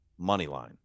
Moneyline